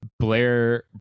Blair